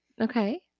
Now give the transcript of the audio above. Okay